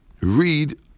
read